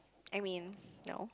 I mean no